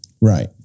right